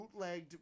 bootlegged